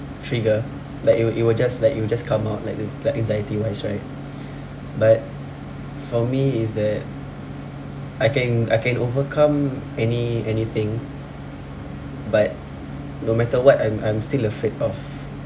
trigger like it will it will just like it will just come out like the like anxiety wise right but for me is that I can I can overcome any anything but no matter what I'm I'm still afraid of